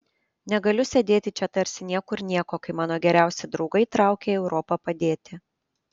negaliu sėdėti čia tarsi niekur nieko kai mano geriausi draugai traukia į europą padėti